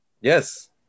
Yes